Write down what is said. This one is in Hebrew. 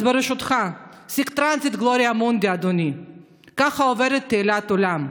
אז ברשותך: (אומרת ברוסית ומתרגמת:) ככה עוברת תהילת עולם.